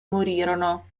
morirono